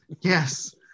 yes